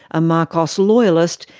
a marcos loyalist,